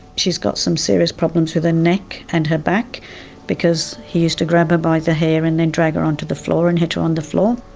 she's got some serious problems with her neck and her back because he used to grab her by the hair and then drag her onto the floor and hit her on the floor.